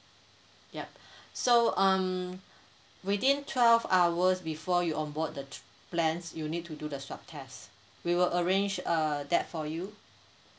yup so um within twelve hours before you onboard the t~ plane you'll need to do the swab test we will arrange uh that for you